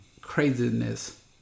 craziness